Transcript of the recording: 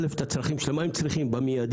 ראשית את הצרכים שלהם, מה הם צריכים במיידי.